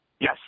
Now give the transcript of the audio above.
Yes